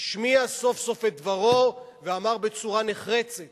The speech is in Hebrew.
השמיע סוף-סוף את דברו ואמר בצורה נחרצת